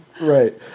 Right